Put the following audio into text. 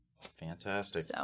Fantastic